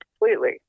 Completely